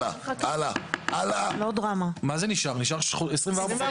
מה זה נשאר, נשאר --- (היו"ר ארז מלול, 13:10)